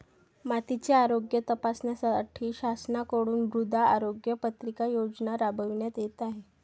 मातीचे आरोग्य तपासण्यासाठी शासनाकडून मृदा आरोग्य पत्रिका योजना राबविण्यात येत आहे